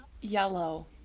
yellow